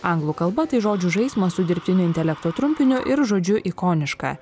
anglų kalba tai žodžių žaismas su dirbtinio intelekto trumpiniu ir žodžiu ikoniška